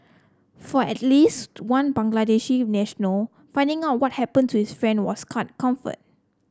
for at least one Bangladeshi national finding out what happened to his friend was scant comfort